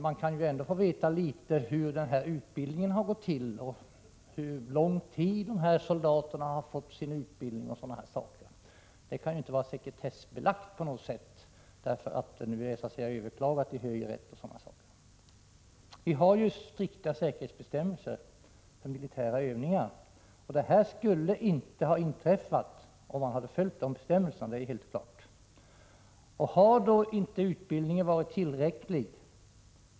Vi kunde ju ändå få veta något om hur de här soldaternas utbildning har gått till, t.ex. hur lång tid den pågått. De uppgifterna kan inte vara sekretessbelagda bara för att ärendet är överklagat till högre instans. Vi har ju strikta säkerhetsbestämmelser för militära övningar. Olyckan skulle inte ha inträffat om man hade följt de bestämmelserna. Det är helt klart. Är det då utbildningen som inte varit tillräcklig?